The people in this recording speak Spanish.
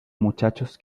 muchachos